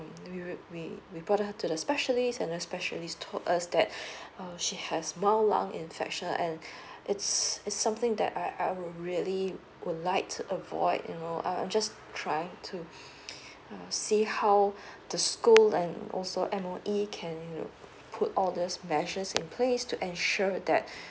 we will we bought her to the specialist and then specialist told us that um she has mild lung infection and it's it's something that I I will really would like to avoid you know um I'm just try to um see how the school and also and M_O_E can put all the measures in place to ensure that